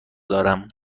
دارم